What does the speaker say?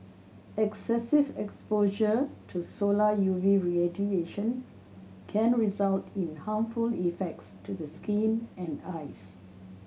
excessive exposure to solar U V radiation can result in harmful effects to the skin and eyes